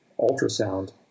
ultrasound